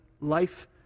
life